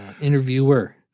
interviewer